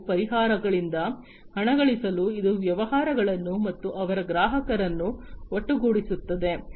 ಮತ್ತು ಪರಿಹಾರ ಗಳಿಂದ ಹಣಗಳಿಸಲು ಇದು ವ್ಯವಹಾರಗಳನ್ನು ಮತ್ತು ಅವರ ಗ್ರಾಹಕರನ್ನು ಒಟ್ಟುಗೂಡಿಸುತ್ತದೆ